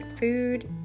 food